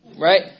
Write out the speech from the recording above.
Right